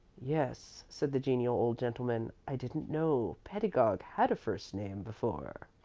yes, said the genial old gentleman. i didn't know pedagog had a first name before.